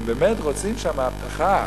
והם באמת רוצים שהמהפכה,